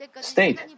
state